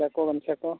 ᱠᱟᱪᱟ ᱠᱚ ᱜᱟᱢᱪᱷᱟ ᱠᱚ